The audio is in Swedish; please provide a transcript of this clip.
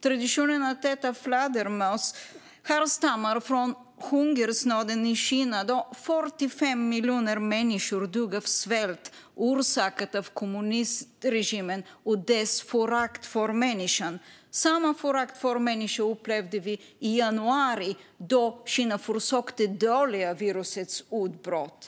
Traditionen att äta fladdermöss härstammar från hungersnöden i Kina, då 45 miljoner människor dog av svält. Den orsakades av kommunistregimen och dess förakt för människan. Samma förakt för människor upplevde vi i januari, då Kina försökte dölja virusutbrottet.